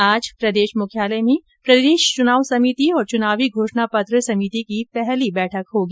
आज प्रदेश मुख्यालय में प्रदेश चुनाव सभिति और चुनावी घोषणा पत्र समिति की पहली बैठक होगी